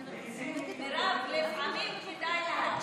מירב, לפעמים כדאי להקשיב.